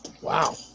Wow